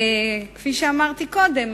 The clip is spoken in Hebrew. כפי שאמרתי קודם,